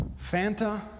Fanta